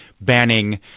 banning